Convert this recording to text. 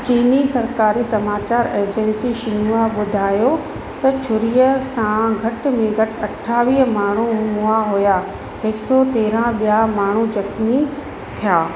चीनी सरकारी समाचार एजेंसी शिंहुआ ॿुधायो त छुरीअ सां घट में घटि अठावीह माण्हू मुआ हुआ हिकु सौ तेरहां ॿिया माण्हू ज़ख्मी थिया